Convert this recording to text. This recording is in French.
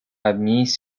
admis